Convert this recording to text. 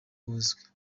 buzwi